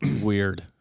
Weird